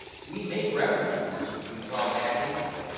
we make revenues from this which we plow back into it.